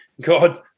God